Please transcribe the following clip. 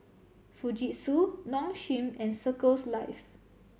Fujitsu Nong Shim and Circles Life